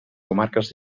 comarques